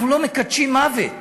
אנחנו לא מקדשים מוות,